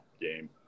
game